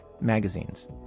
magazines